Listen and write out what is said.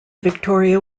victoria